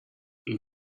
این